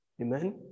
Amen